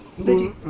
the